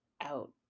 out